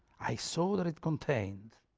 i saw that it contained,